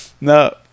No